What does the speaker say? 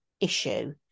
issue